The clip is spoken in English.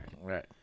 Right